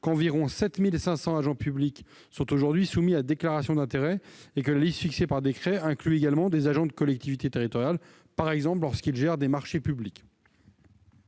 qu'environ 7 500 agents publics sont aujourd'hui soumis à déclaration d'intérêts et que la liste fixée par décret inclut également des agents des collectivités territoriales, par exemple lorsqu'ils gèrent des marchés publics.